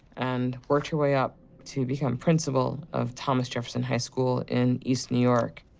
and worked her way up to become principal of thomas jefferson high school in east new york.